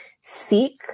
seek